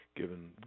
given